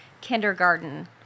kindergarten